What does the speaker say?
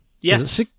yes